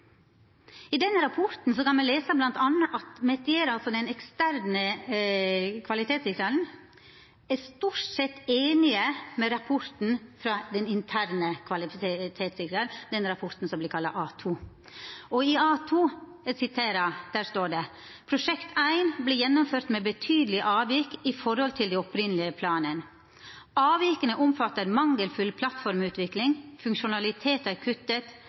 I denne rapporten kan me bl.a. lesa at Metier, altså den eksterne kvalitetssikraren, stort sett er samd i rapporten frå den interne kvalitetssikraren, den rapporten som vert kalla A-2. I A-2 står det: «Prosjekt 1 ble gjennomført med betydelige avvik i forhold til de opprinnelige planene. Avvikene omfatter mangelfull plattformutvikling, funksjonalitet er kuttet,